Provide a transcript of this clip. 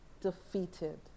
defeated